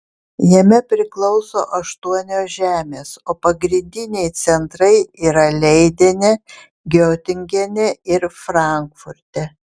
jame priklauso aštuonios žemės o pagrindiniai centrai yra leidene giotingene ir frankfurte